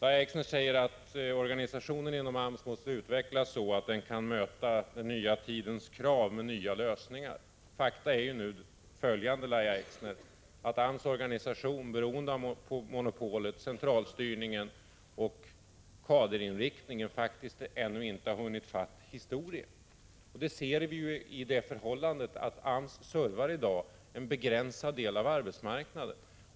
Lahja Exner säger att organisationen inom AMS måste utvecklas, så att den kan möta den nya tidens krav med nya lösningar. Fakta är följande, Lahja Exner: AMS organisation har faktiskt ännu inte, beroende på monopolet, centralstyrningen och kaderinriktningen, hunnit ifatt historien. Det ser vi i det förhållandet att AMS i dag servar en begränsad del av arbetsmarknaden.